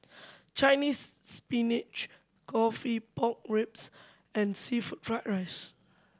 Chinese Spinach coffee pork ribs and seafood fried rice